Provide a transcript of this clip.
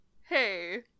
hey